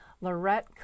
Lorette